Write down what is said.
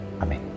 Amen